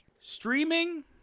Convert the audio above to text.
Streaming